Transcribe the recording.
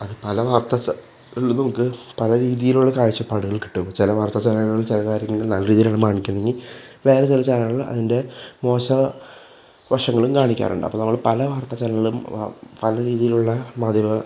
അത് പല വാർത്താ ചാനൽ നമുക്ക് പല രീതിയിലുള്ള കാഴ്ചപ്പാടുകൾ കിട്ടും ചില വാർത്താ ചാനലുകൾ ചില കാര്യങ്ങൾ നല്ല രീതിയിൽ കാണിക്കുന്നെങ്കിൽ വേറെ ചില ചാനലുകൾ അതിൻ്റെ മോശ വശങ്ങളും കാണിക്കാറുണ്ട് അപ്പോൾ നമ്മൾ പല വാർത്താ ചാനലുകളും ആ പല രീതിയിലുള്ള മാധ്യമം